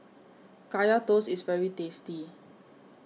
Kaya Toast IS very tasty